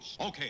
Okay